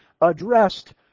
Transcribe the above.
addressed